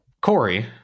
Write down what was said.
Corey